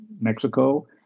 Mexico